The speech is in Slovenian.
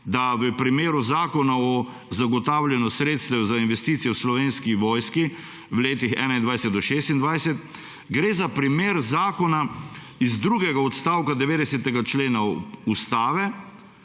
da v primeru Zakona o zagotavljanju sredstev za investicije v Slovenski vojski v letih 2021–2026 gre za primer zakona iz drugega odstavka 90. člena Ustave,